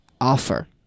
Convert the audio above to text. offer